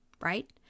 right